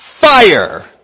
fire